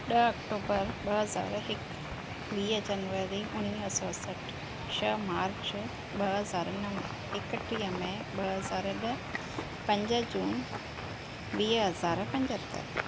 ॾह अक्टूबर ॿ हज़ार हिकु वीह जनवरी उणिवीह सौ सठि छह मार्च ॿ हज़ार नव एकटीह मे ॿ हज़ार ॾह पंज जून वीह हज़ार पंजहतरि